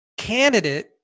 candidate